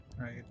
Right